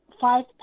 five